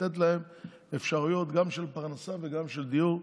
לתת להם אפשרויות גם של פרנסה וגם של דיור,